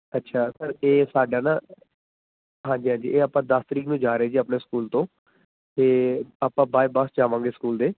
ਅੱਛਾ ਸਰ ਇਹ ਸਾਡਾ ਨਾ ਹਾਂਜੀ ਹਾਂਜੀ ਇਹ ਆਪਾਂ ਦਸ ਤਰੀਕ ਨੂੰ ਜਾ ਰਹੇ ਜੀ ਆਪਣੇ ਸਕੂਲ ਤੋਂ ਅਤੇ ਆਪਾਂ ਬਾਏ ਬੱਸ ਜਾਵਾਂਗੇ ਸਕੂਲ ਦੇ